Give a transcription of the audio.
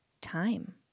time